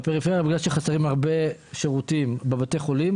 בפריפריה בגלל שחסרים הרבה שירותים בבתי החולים,